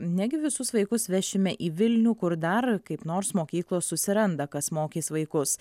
negi visus vaikus vešime į vilnių kur dar kaip nors mokyklos susiranda kas mokys vaikus